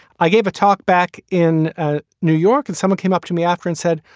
i gave a talk back in ah new york and someone came up to me after and said,